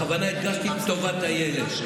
בכוונה הדגשתי את טובת הילד.